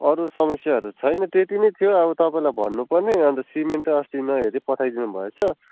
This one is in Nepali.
अरू समस्याहरू छैन त्यति नै थियो अब तपाईँलाई भन्नुपर्ने अन्त सिमेन्ट त अस्ति नहेरि पठाइदिनुभएछ